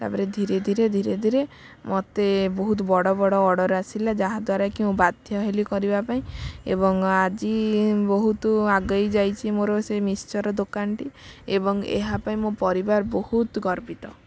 ତା'ପରେ ଧୀରେ ଧୀରେ ଧୀରେ ଧୀରେ ମୋତେ ବହୁତ ବଡ଼ ବଡ଼ ଅର୍ଡ଼ର ଆସିଲା ଯାହାଦ୍ୱାରା କି ମୁଁ ବାଧ୍ୟ ହେଲି କରିବା ପାଇଁ ଏବଂ ଆଜି ବହୁତ ଆଗେଇ ଯାଇଛି ମୋର ସେ ମିକ୍ସଚର୍ ଦୋକାନଟି ଏବଂ ଏହାପାଇଁ ମୋ ପରିବାର ବହୁତ ଗର୍ବିତ